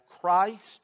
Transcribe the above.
Christ